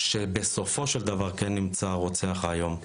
שבסופו של דבר כן נמצא הרוצח האיום.